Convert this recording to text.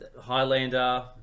Highlander